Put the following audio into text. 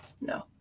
No